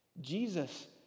jesus